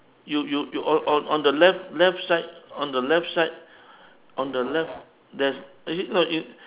you you you on on on the left left side on the left side on the left there's is it no you